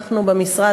אנחנו במשרד,